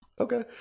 Okay